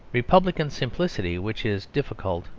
republican simplicity, which is difficult,